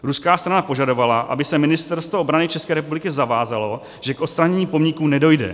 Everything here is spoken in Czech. Ruská strana požadovala, aby se Ministerstvo obrany České republiky zavázalo, že k odstranění pomníku nedojde.